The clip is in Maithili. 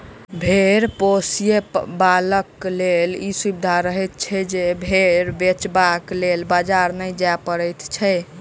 भेंड़ पोसयबलाक लेल ई सुविधा रहैत छै जे भेंड़ बेचबाक लेल बाजार नै जाय पड़ैत छै